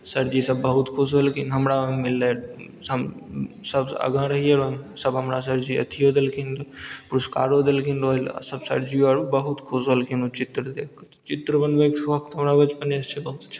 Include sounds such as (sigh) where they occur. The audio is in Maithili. सर जी सब बहुत खुश होलखिन हमरा मिललै हम सब सऽ आगाँ रहियै हम सब हमरा सर जी अथियो देलखिन पुरस्कारो देलखिन सब सर जी बहुत खुश होलखिन ओ चित्र देख कऽ तऽ चित्र बनबै कऽ (unintelligible) हमरा बचपने सऽ छै बहुत